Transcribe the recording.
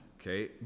Okay